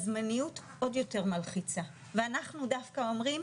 הזמניות עוד יותר מלחיצה ואנחנו דווקא אומרים,